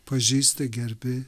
pažįsti gerbi